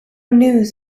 news